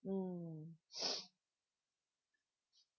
mm